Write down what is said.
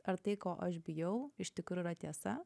ar tai ko aš bijau iš tikro yra tiesa